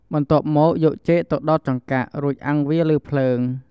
បន្ទាប់មកយកចេកទៅដោតចង្កាក់ រួចអាំងវាលើភ្លើង។